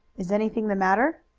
is anything the matter?